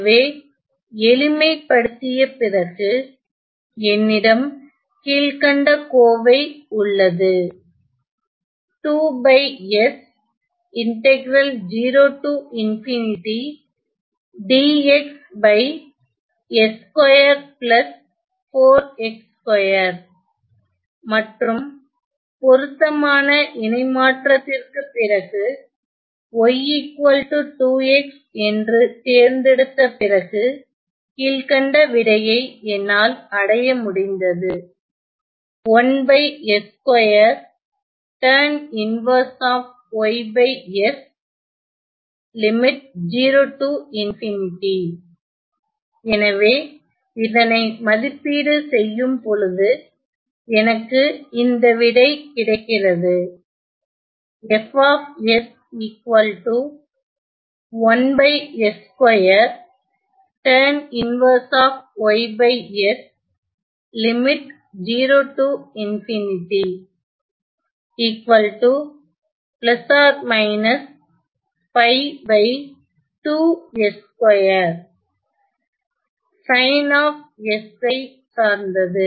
எனவே எளிமைபடுத்திய பிறகு என்னிடம் கீழ்கண்ட கோவை உள்ளது மற்றும் பொருத்தமான இணைமாற்றத்திற்கு பிறகு y 2x என்று தேர்ந்தெடுத்த பிறகு கீழ்கண்ட விடையை என்னால் அடைய முடிந்தது எனவே இதனை மதிப்பீடு செய்யும்பொழுது எனக்கு இந்த விடை கிடைக்கிறது sin of S ஐ சார்ந்தது